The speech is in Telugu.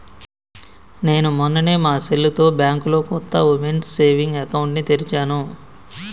నేను మొన్ననే మా సెల్లుతో బ్యాంకులో కొత్త ఉమెన్స్ సేవింగ్స్ అకౌంట్ ని తెరిచాను